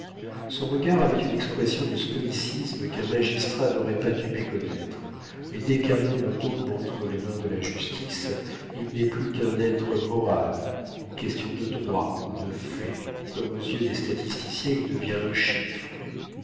son regard avait une expression de stoïcisme qu'un magistrat n'aurait pas dû méconnaître mais dès qu'un homme tombe entre les mains de la justice il n'est plus qu'un être moral une question de droit ou de fait comme aux yeux des statisticiens il devient un chiffre